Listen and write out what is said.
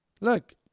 Look